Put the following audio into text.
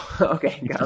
okay